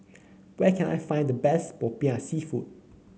where can I find the best popiah seafood